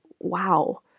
wow